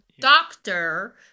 doctor